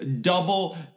double